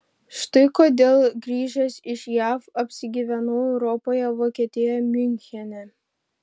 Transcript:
štai kodėl grįžęs iš jav apsigyvenau europoje vokietijoje miunchene